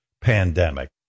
pandemic